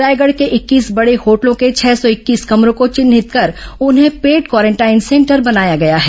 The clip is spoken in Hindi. रायगढ़ के इक्कीस बड़े होटलों के छह सौ इक्कीस कमरों को चिन्हित कर उन्हें पेड क्वारेंटाइन सेंटर बनाया गया है